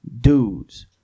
Dudes